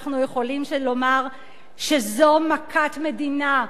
אנחנו יכולים לומר שזו מכת מדינה,